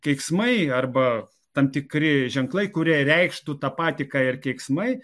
keiksmai arba tam tikri ženklai kurie reikštų tą patį ką ir keiksmai